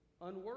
unworthy